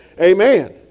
Amen